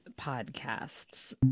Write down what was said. podcasts